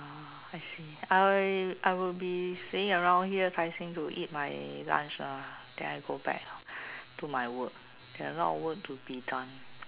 I see I I will be staying around here Tai-Seng to eat my lunch ah then I go back do my work there are a lot of work to be done